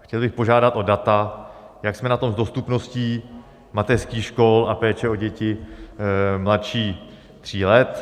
Chtěl bych požádat o data, jak jsme na tom s dostupností mateřských škol a péče o děti mladší tří let.